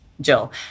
Jill